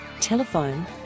telephone